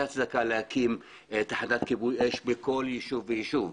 הצדקה להקים תחנת כיבוי אש בכל ישוב וישוב,